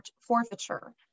forfeiture